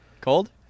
Cold